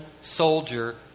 soldier